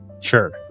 Sure